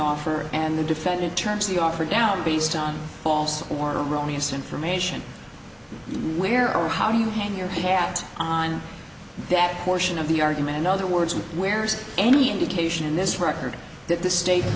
offer and the defendant turns the offer down based on false or erroneous information where or how do you hang your hat on that portion of the argument in other words with where's any indication this record that this state